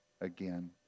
again